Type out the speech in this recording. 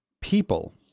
people